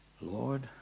Lord